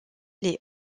les